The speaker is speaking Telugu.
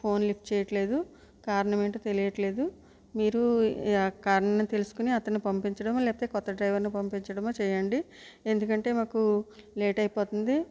ఫోన్ లిఫ్ట్ చెయ్యట్లేదు కారణం ఏంటో తెలియట్లేదు మీరు ఆ కారణం తెలుసుకొని అతన్ని పంపించడం లేక క్రొత్త డ్రైవర్ని పంపించడమో చేయండి ఎందుకంటే మాకు లేట్ అయిపోతుంది